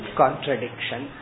contradiction